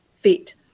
feet